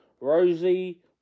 Rosie